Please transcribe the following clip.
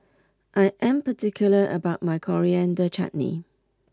I am particular about my Coriander Chutney